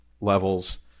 levels